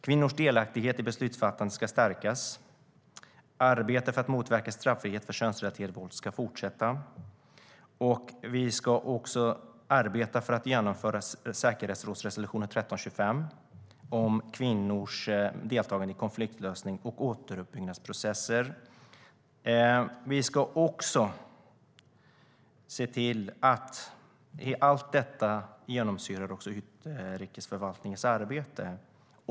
Kvinnors delaktighet i beslutsfattande ska stärkas. Arbetet för att motverka strafffrihet för könsrelaterat våld ska fortsätta. Vi ska arbeta för att genomföra säkerhetsrådsresolutionen 1325 om kvinnors deltagande i konfliktlösning och återuppbyggnadsprocesser. Vi ska se till att allt detta genomsyrar utrikesförvaltningens arbete.